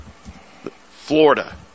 Florida